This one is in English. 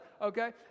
Okay